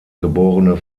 geborene